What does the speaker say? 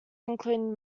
including